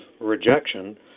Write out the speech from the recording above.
rejection